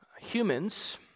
humans